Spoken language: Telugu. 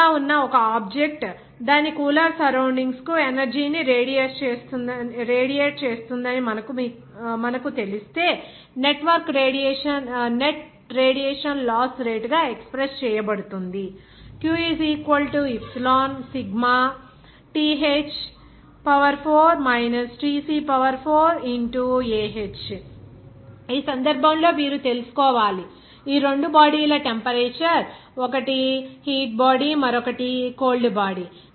హీట్ గా ఉన్న ఒక ఆబ్జెక్ట్ దాని కూలర్ సరౌండింగ్స్ కు ఎనర్జీ ని రేడియేట్ చేస్తుందని మనకు మీకు తెలిస్తే నెట్ రేడియేషన్ లాస్ రేటు గా ఎక్స్ప్రెస్ చేయబడుతుంది q ε σ Ah ఈ సందర్భంలో మీరు తెలుసుకోవాలి ఈ రెండు బాడీ ల టెంపరేచర్ ఒకటి హీట్ బాడీ మరొకటి కోల్డ్ బాడీ